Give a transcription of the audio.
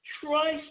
try